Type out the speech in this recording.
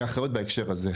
מאחריות בהקשר הזה.